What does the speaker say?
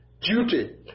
duty